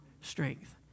strength